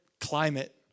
climate